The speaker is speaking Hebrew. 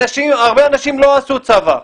והרבה אנשים לא עשו צבא,